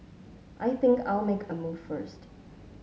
I think I'll make a move first